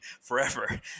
forever